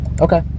Okay